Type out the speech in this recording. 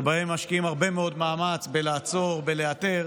שבהן משקיעים הרבה מאוד מאמץ בלעצור, בלאתר,